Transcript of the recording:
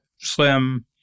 slim